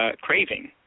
craving